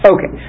Okay